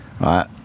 right